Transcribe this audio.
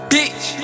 Bitch